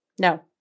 No